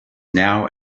now